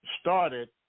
started